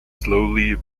slowly